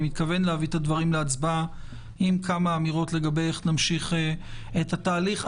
מתכוון להביא את הדברים להצבעה עם כמה אמירות איך להמשיך את התהליך.